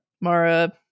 Mara